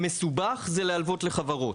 המסובך זה להלוות לחברות.